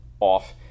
off